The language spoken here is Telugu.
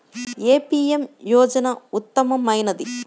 ఏ పీ.ఎం యోజన ఉత్తమమైనది?